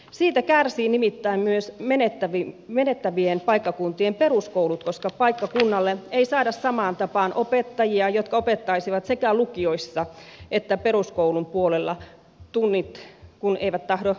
siitä kärsivät nimittäin myös menettävien paikkakuntien peruskoulut koska paikkakunnalle ei saada samaan tapaan opettajia jotka opettaisivat sekä lukioissa että peruskoulun puolella tunnit kun eivät tahdo riittää